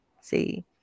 see